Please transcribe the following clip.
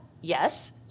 Yes